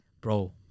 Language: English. bro